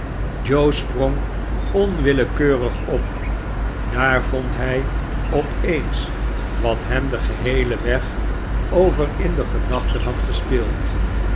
joe sprong onwillekeurig op daar vond hij op eens wat hem den geheelen weg over in de gedachten had gespeeld